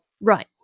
Right